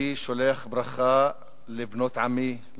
אני שולח ברכה לבנות עמי,